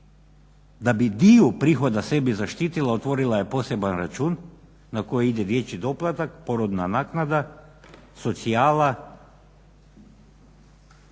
da bi dio prihoda sebi zaštitila otvorila je poseban račun, na koji ide dječji doplatak, porodilja naknada, socijala.